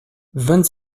vingt